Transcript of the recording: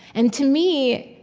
and to me,